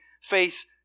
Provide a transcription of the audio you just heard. face